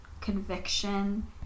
conviction